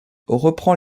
reprend